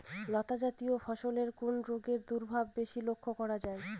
লতাজাতীয় ফসলে কোন রোগের প্রাদুর্ভাব বেশি লক্ষ্য করা যায়?